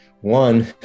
one